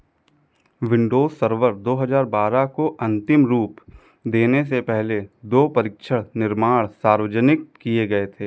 Windows Server दो हज़ार बारह को अन्तिम रूप देने से पहले दो परीक्षण निर्माण सार्वजनिक किए गए थे